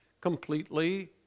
completely